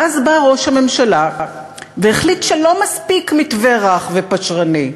ואז בא ראש הממשלה והחליט שלא מספיק מתווה רך ופשרני,